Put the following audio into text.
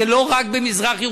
זה לא רק במזרח-ירושלים.